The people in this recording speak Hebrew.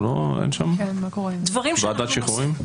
ועדת שחרורים?